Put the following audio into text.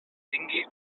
tingui